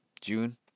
June